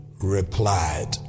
replied